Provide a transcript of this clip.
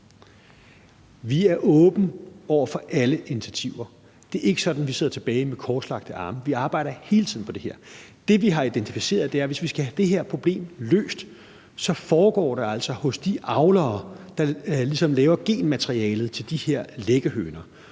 Vi er åbne over for alle initiativer. Det er ikke sådan, at vi sidder tilbage med korslagte arme. Vi arbejder hele tiden på det her. Det, vi har identificeret, er, at skal vi have det her problem løst, så foregår det altså hos de avlere, der ligesom laver genmaterialet til de her liggehøner.